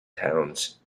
towns